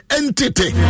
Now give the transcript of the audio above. entity